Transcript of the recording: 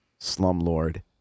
slumlord